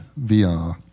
VR